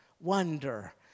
wonder